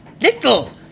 Little